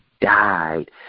died